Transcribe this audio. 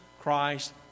Christ